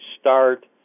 start